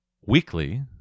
Weekly